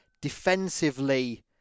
defensively